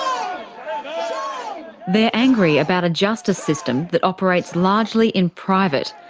um they're angry about a justice system that operates largely in private,